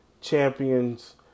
champions